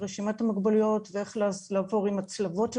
רשימת המוגבלויות ואיך לעבור עם הצלבות של